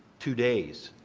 two days,